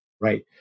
right